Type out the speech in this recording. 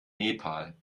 nepal